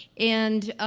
and, ah